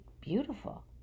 beautiful